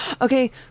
Okay